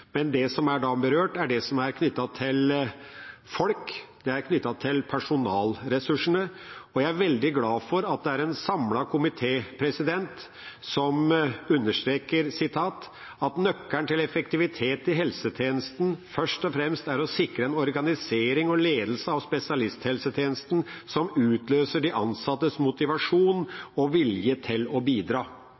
men det som da er berørt, er det som er knyttet til folk, det er knyttet til personalressursene. Jeg er veldig glad for at det er en samlet komité som understreker at «nøkkelen til effektivitet i helsetjenesten først og fremst er å sikre en organisering og ledelse av spesialisthelsetjenesten som utløser de ansattes motivasjon og vilje til å bidra».